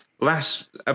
Last